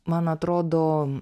man atrodo